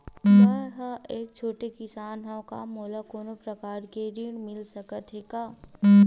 मै ह एक छोटे किसान हंव का मोला कोनो प्रकार के ऋण मिल सकत हे का?